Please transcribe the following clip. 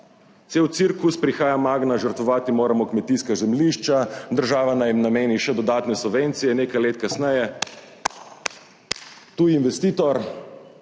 Cel cirkus, prihaja Magna, žrtvovati moramo kmetijska zemljišča, država naj jim nameni še dodatne subvencije, nekaj let kasneje tuji investitor